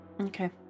Okay